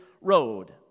road